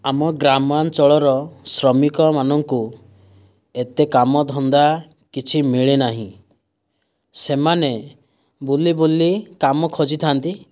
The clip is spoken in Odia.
ଆମ ଗ୍ରାମାଞ୍ଚଳର ଶ୍ରମିକମାନଙ୍କୁ ଏତେ କାମ ଧନ୍ଦା କିଛି ମିଳେ ନାହିଁ ସେମାନେ ବୁଲି ବୁଲି କାମ ଖୋଜି ଥାଆନ୍ତି